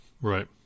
Right